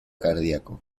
cardíaco